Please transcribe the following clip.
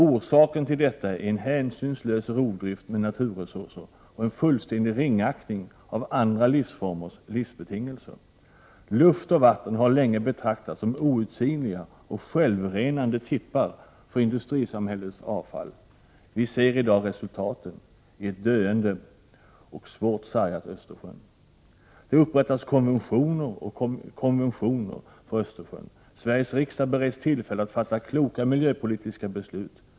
Orsaken till detta är en hänsynslös rovdrift med naturresurser och en fullständig ringaktning av andra livsformers livsbetingelser. Luft och vatten har länge betraktats som outsinliga och självrenande tippar för industrisamhällets avfall. Vi ser i dag resultaten i ett döende och svårt sargat Östersjöhav. Det tillsätts kommissioner och upprättas konventioner för Östersjön. Sveriges riksdag bereds tillfälle att fatta kloka miljöpolitiska beslut.